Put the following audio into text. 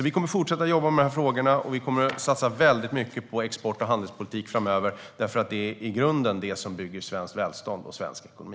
Vi kommer att fortsätta att jobba med frågorna, och vi kommer att satsa mycket på export och handelspolitik framöver. Det är i grunden det som bygger svenskt välstånd och svensk ekonomi.